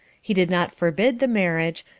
he did not forbid the marriage,